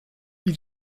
wie